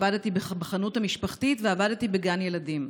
עבדתי בחנות המשפחתית ועבדתי בגן ילדים.